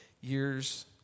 years